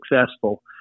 successful